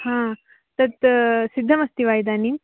हा तत् सिद्धमस्ति वा इदानीं